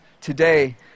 today